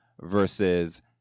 versus